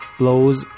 blows